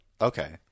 Okay